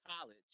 college